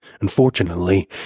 Unfortunately